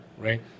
right